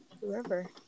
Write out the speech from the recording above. whoever